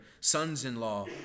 sons-in-law